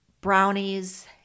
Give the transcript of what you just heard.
brownies